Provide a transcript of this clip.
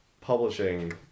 publishing